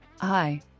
Hi